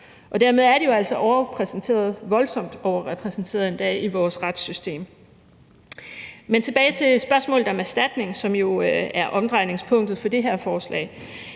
overrepræsenteret, voldsomt overrepræsenteret endda, i vores retssystem. Men tilbage til spørgsmålet om erstatning, som jo er omdrejningspunktet for det her forslag.